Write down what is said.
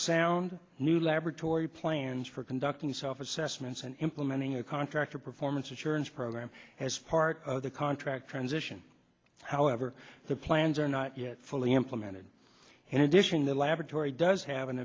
sound new laboratory plans for conducting self assessments and implementing a contractor performance or churns program as part of the contract transition however the plans are not yet fully implemented in addition the laboratory does have an